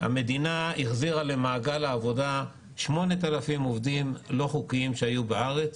המדינה החזירה למעגל העבודה 8,000 עובדים לא חוקיים שהיו בארץ,